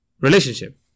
relationship